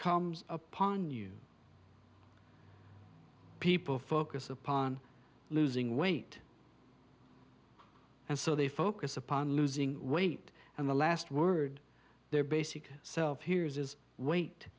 comes upon you people focus upon losing weight and so they focus upon losing weight and the last word their basic self hears is weight